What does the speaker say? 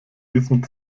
diesem